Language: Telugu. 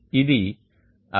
ఇది అక్షాంశ కోణం ϕ